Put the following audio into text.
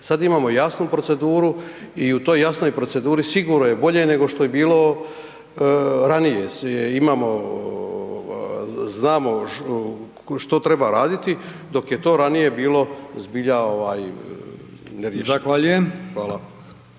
Sada imamo jasnu proceduru i u toj jasnoj proceduri sigurno je bolje nego što je bilo ranije. Imamo, znamo što treba raditi dok je to ranije bilo zbilja ovaj